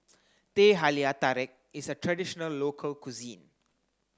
Teh Halia Tarik is a traditional local cuisine